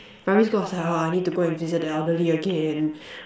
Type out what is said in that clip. primary school I was like !aww! I need to go and visit the elderly again